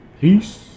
Peace